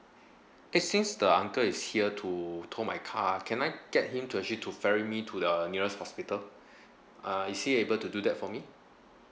eh since the uncle is here to tow my car can I get him to actually to ferry me to the nearest hospital uh is he able to do that for me